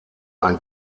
ein